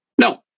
no